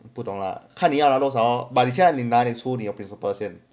不懂啦看你要了多少 but 你先在拿你输你的 principal 先